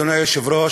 אדוני היושב-ראש,